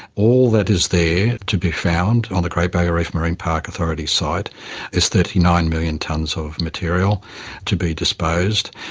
all that is there to be found on the great barrier reef marine park authority site is thirty nine million tonnes of material to be disposed,